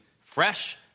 fresh